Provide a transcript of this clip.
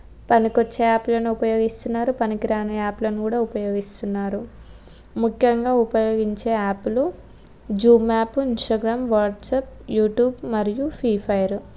పనికొచ్చే యాప్లను ఉపయోగిస్తున్నారు పనికిరాని యాప్లను కూడా ఉపయోగిస్తున్నారు ముఖ్యంగా ఉపయోగించే యాప్లు Zoom app Instagram WhatsApp YouTube మరియు ఫ్రీ ఫైర్